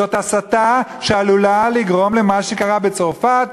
זאת הסתה שעלולה לגרום למה שקרה בצרפת,